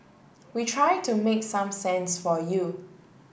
we try to make some sense for you